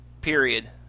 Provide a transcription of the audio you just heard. period